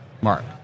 mark